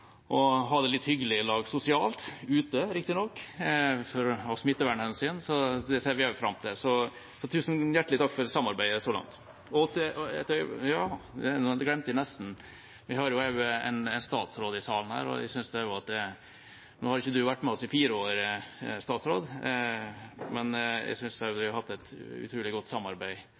å ha det litt hyggelig i lag sosialt – riktignok ute, av smittevernhensyn. Det ser vi også fram til. Tusen hjertelig takk for samarbeidet så langt. Jeg glemte nesten at vi også har en statsråd i salen her. Nå har ikke statsråden vært med oss i fire år, men jeg synes også at vi har hatt et utrolig godt samarbeid